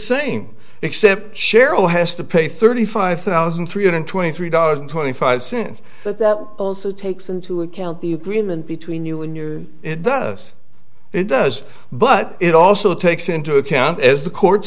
same except cheryl has to pay thirty five thousand three hundred twenty three dollars and twenty five cents but that also takes into account you cream and between you and your it does it does but it also takes into account as the court